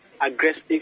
aggressive